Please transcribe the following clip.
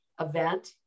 event